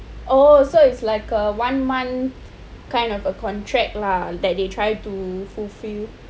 oh so it's like a one month kind of a contract lah that they try to fulfill